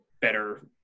better